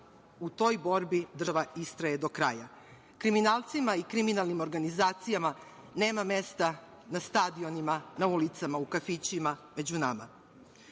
u toj borbi država istraje do kraja. Kriminalcima i kriminalnim organizacijama nema mesta na stadionima, na ulicama, u kafićima, među nama. Kada